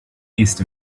east